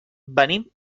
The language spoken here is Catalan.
venim